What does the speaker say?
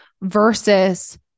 versus